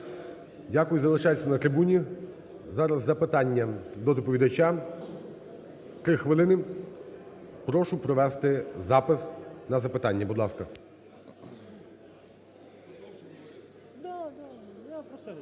Дякую. Залишайтесь на трибуні. Зараз запитання до доповідача, 3 хвилини. Прошу провести запис на запитання. Будь ласка.